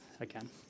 again